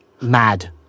Mad